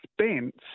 expense